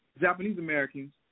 Japanese-Americans